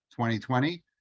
2020